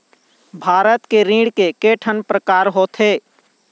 भारत के ऋण के ठन प्रकार होथे?